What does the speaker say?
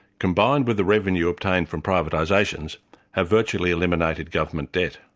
combined with the revenue obtained from privatisations have virtually eliminated government debt.